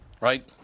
Right